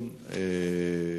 בכל אופן,